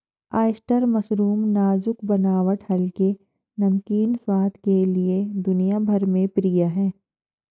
oyster mushroom नाजुक बनावट हल्के, नमकीन स्वाद के लिए दुनिया भर में प्रिय है